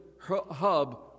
hub